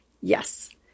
yes